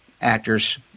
actors